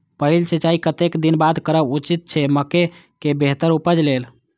पहिल सिंचाई कतेक दिन बाद करब उचित छे मके के बेहतर उपज लेल?